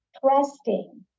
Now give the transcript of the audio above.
trusting